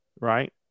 right